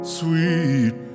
Sweet